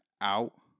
out